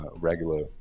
regular